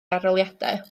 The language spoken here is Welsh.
arholiadau